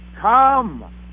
come